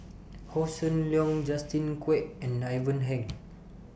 Hossan Leong Justin Quek and Ivan Heng